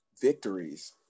victories